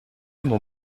mon